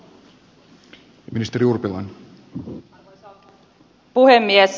arvoisa puhemies